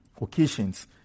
occasions